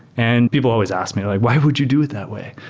and people always ask me like, why would you do it that way?